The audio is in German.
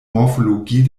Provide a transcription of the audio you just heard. morphologie